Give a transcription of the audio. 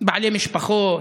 בעלי משפחות,